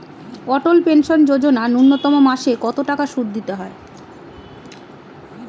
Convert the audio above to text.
অটল pension Yojana ন্যূনতম মাসে কত টাকা সুধ দিতে হয়?